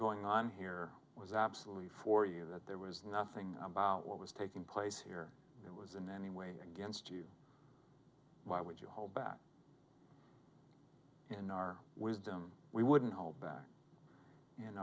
going on here was absolutely for you that there was nothing about what was taking place here it was in any way against you why would you hold back in our wisdom we wouldn't hold back in